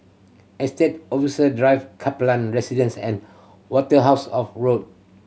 Estate Officer Drive Kaplan Residence and Waterhouse of Road